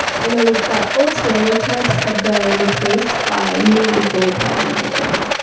i noticed that old stereotypes had been replaced by new and equally problematic ones.